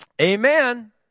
Amen